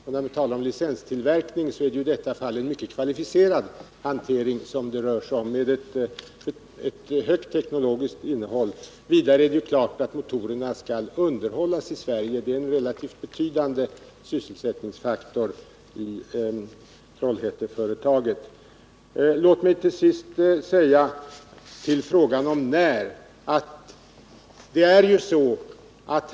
Och när vi talar om licenstillverkning är det ju i detta fall en mycket kvalificerad hantering det rör sig om med ett högt teknologiskt innehåll. Vidare är det klart att motorn skall underhållas i Sverige. Det är en relativt betydande sysselsättningsfaktor i Trollhätteföretaget. Låt mig till sist säga några ord med anledning av att man frågar när beslut skall fattas.